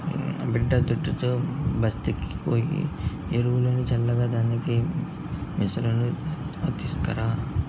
బిడ్డాదుడ్డుతో బస్తీకి పోయి ఎరువులు చల్లే దానికి మిసను తీస్కరా